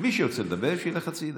מי שרוצה לדבר, שילך הצידה.